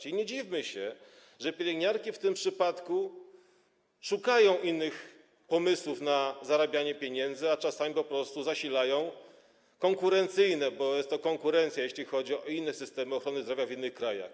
I nie dziwmy się, że pielęgniarki w tym przypadku szukają innych pomysłów na zarabianie pieniędzy, a czasami po prostu zasilają konkurencyjne - bo jest to konkurencja - inne systemy ochrony zdrowia, w innych krajach.